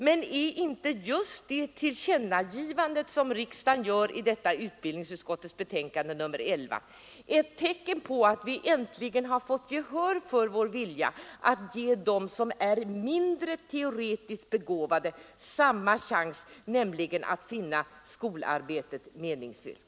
Men är inte just det tillkännagivande som riksdagen gör i utbildningsutskottets betänkande nr 11 ett tecken på att vi äntligen fått gehör för vår vilja att ge dem som är mindre teoretiskt begåvade samma chans att finna skolarbetet meningsfyllt?